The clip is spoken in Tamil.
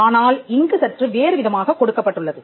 ஆனால் இங்கு சற்று வேறு விதமாகக் கொடுக்கப்பட்டுள்ளது